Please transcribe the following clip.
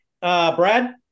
Brad